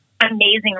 amazing